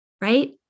right